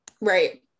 Right